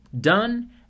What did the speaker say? Done